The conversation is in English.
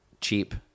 cheap